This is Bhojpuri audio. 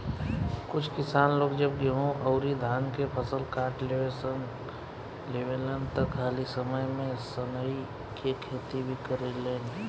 कुछ किसान लोग जब गेंहू अउरी धान के फसल काट लेवेलन त खाली समय में सनइ के खेती भी करेलेन